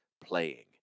playing